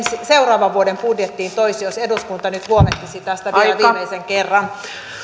seuraavan vuoden budjettiin toisi jos eduskunta nyt huolehtisi tästä viimeisen kerran